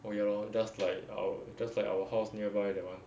orh ya lor just like our just like our house nearby that [one]